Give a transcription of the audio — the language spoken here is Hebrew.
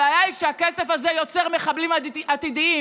הבעיה היא שהכסף הזה יוצר מחבלים עתידיים.